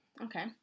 Okay